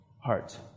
heart